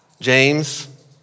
James